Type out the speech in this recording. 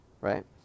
Right